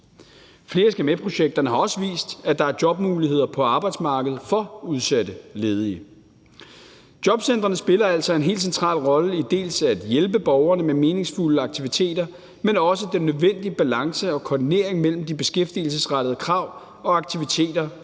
Flere skal med-projekterne har også vist, at der er jobmuligheder på arbejdsmarkedet for udsatte ledige. Jobcentrene spiller altså en helt central rolle i dels at hjælpe borgerne med meningsfulde aktiviteter, men også med den nødvendige balance og koordinering mellem de beskæftigelsesrettede krav og aktiviteter